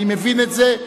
אני מבין את זה.